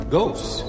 Ghosts